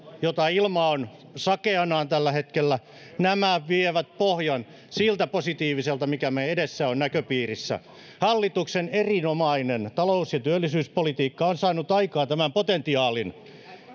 joita ilma on sakeanaan tällä hetkellä nämä vievät pohjan siltä positiiviselta mikä meidän edessämme on näköpiirissä hallituksen erinomainen talous ja työllisyyspolitiikka on saanut aikaan tämän potentiaalin